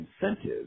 incentives